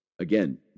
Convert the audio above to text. again